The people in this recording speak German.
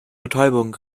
betäubung